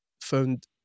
found